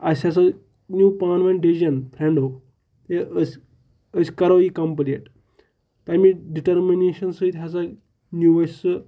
اَسہِ ہَسا نیوٗ پانہٕ ؤنۍ ڈِسجَن فرٛٮ۪نٛڈو کہِ أسۍ أسۍ کَرو یہِ کَمپٕلیٖٹ پنٛنہِ ڈِٹٔرمٕنیشَن سۭتۍ ہَسا نیوٗ اَسہِ سُہ